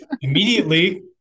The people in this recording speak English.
immediately